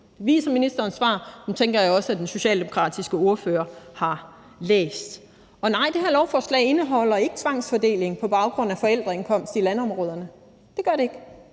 Det viser ministerens svar, og dem tænker jeg også at den socialdemokratiske ordfører har læst. Og nej, det her lovforslag indeholder ikke tvangsfordeling på baggrund af forældreindkomst i landområderne; det gør det ikke.